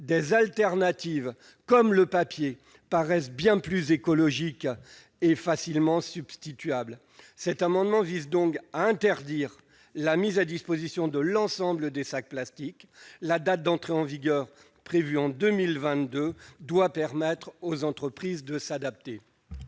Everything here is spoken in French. Des alternatives, comme le papier, paraissent bien plus écologiques et facilement substituables. Cet amendement vise donc à interdire la mise à disposition de l'ensemble des sacs plastiques. La date d'entrée en vigueur de cette interdiction, prévue en 2022, doit permettre aux entreprises de s'adapter.